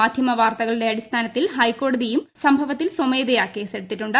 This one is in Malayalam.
മാധ്യമ വാർത്തകളുടെ അടി സ്ഥാനത്തിൽ ഹൈക്കോടതിയും സംഭവത്തിൽ സ്വമേധയാ കേസ്സെടുത്തിട്ടുണ്ട്